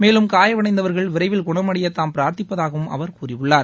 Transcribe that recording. மேலும் காயமடைந்தவர்கள் விரைவில் குணமடைய தாம் பிரார்த்திப்பதாக அவர் கூறியுள்ளார்